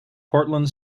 portland